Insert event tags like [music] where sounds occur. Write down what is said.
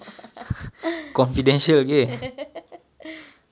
[laughs]